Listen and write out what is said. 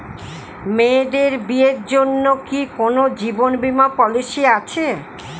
মেয়েদের বিয়ের জন্য কি কোন জীবন বিমা পলিছি আছে?